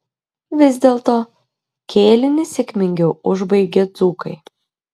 vis dėlto kėlinį sėkmingiau užbaigė dzūkai